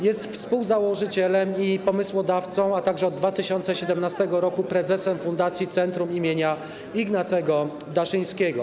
Jest współzałożycielem i pomysłodawcą, a także od 2017 r. prezesem Fundacji Centrum im. Ignacego Daszyńskiego.